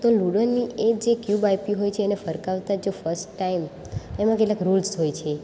તો લૂડોની એ જે ક્યૂબ આપ્યું હોય છે એને ફરકાવતા જો ફસ્ટ ટાઈમ એમાં કેટલાક રૂલ્સ હોય છે